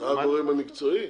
אתה הגורם המקצועי?